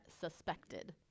suspected